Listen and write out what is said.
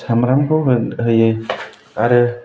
सामब्रामखौ होयो आरो